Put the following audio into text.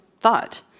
thought